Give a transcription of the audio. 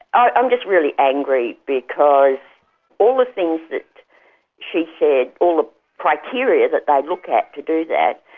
i'm just really angry because all the things that she said, all the criteria that they'd look at to do that,